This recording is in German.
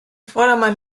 vordermann